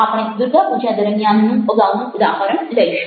આપણે દુર્ગાપૂજા દરમિયાનનું અગાઉનું ઉદાહરણ લઈશું